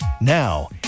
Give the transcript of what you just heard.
Now